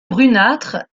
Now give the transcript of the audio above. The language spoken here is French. brunâtre